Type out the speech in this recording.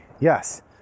yes